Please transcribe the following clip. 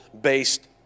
based